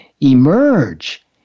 emerge